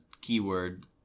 keyword